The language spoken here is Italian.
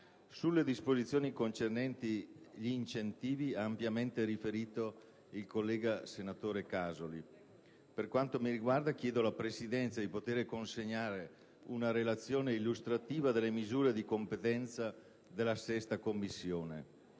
Sulle disposizioni concernenti gli incentivi ha ampiamente riferito il senatore Casoli. Per quanto mi riguarda, chiedo alla Presidenza di poter consegnare una relazione illustrativa delle misure di competenza della 6a Commissione.